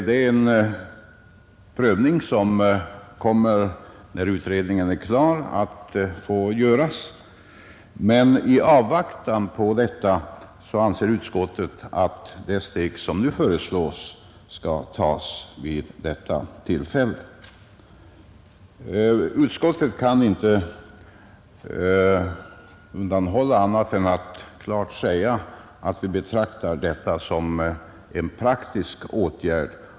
Det är en prövning som kommer att få göras när utredningen är klar, men i avvaktan på detta anser utskottet att det steg som nu föreslås skall tas vid detta tillfälle. Utskottet kan inte underlåta att betona att vi betraktar detta som en praktisk åtgärd.